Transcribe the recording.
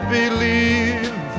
believe